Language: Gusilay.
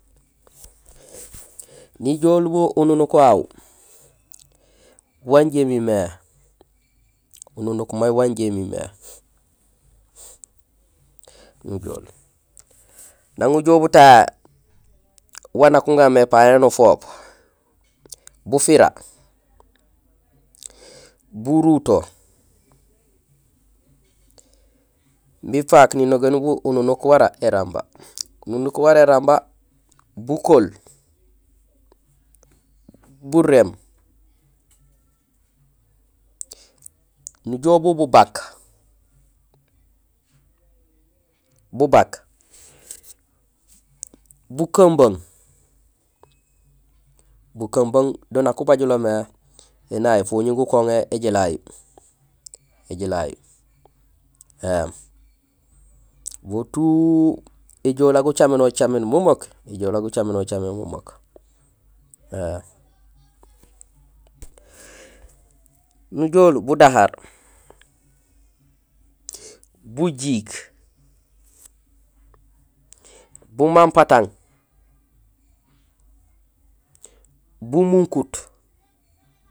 Nijool bun ununuk wawu waan injé imimé, ununuk may wan injé imimé, nijool, nang ujool butahé waan nak uŋarmé pañé nufoop: bufira, buruto; imbi ifaak ninogénul bun ununuk wara éramba, ununuk wara éramba: bukool, buréém, nujool bu bubak, bukumbung; bukunbung do nak ubajulomé endé yayu; Fogni gukoŋé éjélahi, éjélahi, éém bo tout éjoola gucaménocaméén memeek, éjoola gucaménocaméén memeek, nujool budahaar, bujiik, bumampatang, bumunkut